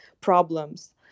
problems